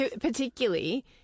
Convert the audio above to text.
Particularly